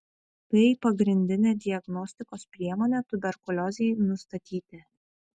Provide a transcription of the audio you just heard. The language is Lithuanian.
tai pagrindinė diagnostikos priemonė tuberkuliozei nustatyti